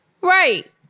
Right